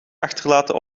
achterlaten